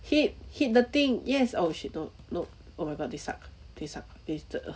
hit hit the thing yes oh shit don't no oh my god this suck this suck this t~ oh